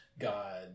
God